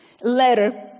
letter